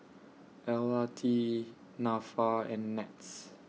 L R T Nafa and Nets